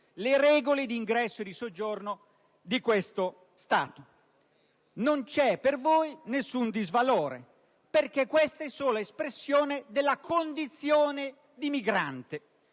le regole d'ingresso e di soggiorno di questo Stato. Non c'è per voi nessun disvalore, perché queste sono espressioni della condizione di migrante.